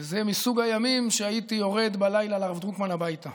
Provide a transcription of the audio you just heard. וזה מסוג הימים שהייתי יורד בלילה אל הרב דרוקמן הביתה